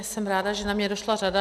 Jsem ráda, že na mě došla řada.